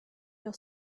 your